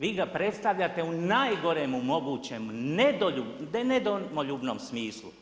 Vi ga predstavljate u najgoremu mogućem, ne domoljubnom smislu.